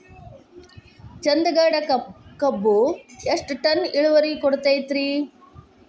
ಚಂದಗಡ ಕಬ್ಬು ಎಷ್ಟ ಟನ್ ಇಳುವರಿ ಕೊಡತೇತ್ರಿ?